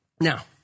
Now